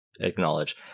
Acknowledge